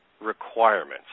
requirements